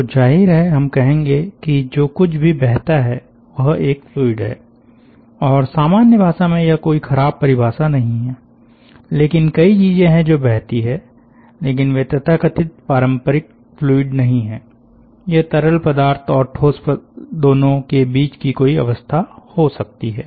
तो जाहिर है हम कहेंगे कि जो कुछ भी बहता है वह एक फ्लूइड है और सामान्य भाषा में यह कोई खराब परिभाषा नहीं है लेकिन कई चीजें हैं जो बहती हैं लेकिन वे तथाकथित पारम्परिक फ्लूइड नहीं हैं यह तरल पदार्थ और ठोस दोनों के बीच की कोई अवस्था हो सकती हैं